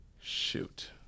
Shoot